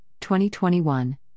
2021